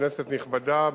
כנסת נכבדה,